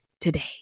today